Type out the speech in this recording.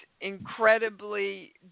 incredibly